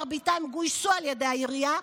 מרביתם גויסו על ידי העירייה,